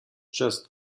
just